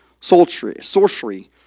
sorcery